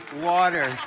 water